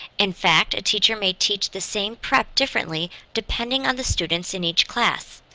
in fact, a teacher may teach the same prep differently depending on the students in each class.